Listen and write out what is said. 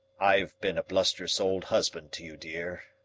i've been a blusterous old husband to you, dear,